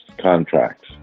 contracts